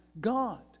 God